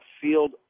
field